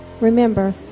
Remember